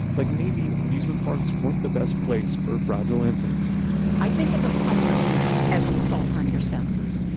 like maybe amusement parks weren't the best place for fragile infants i think of them primarily as an assault on your senses.